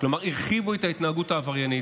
כלומר, הרחיבו את ההתנהגות העבריינית.